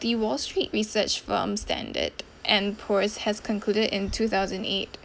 the wall street research from has concluded in two thousand eight